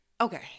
okay